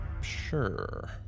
Sure